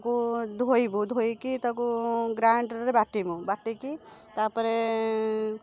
ତାକୁ ଧୋଇବୁ ଧୋଇକି ତାକୁ ଗ୍ରାଇଣ୍ଡର୍ରେ ବାଟିବୁ ବାଟିକି ତା'ପରେ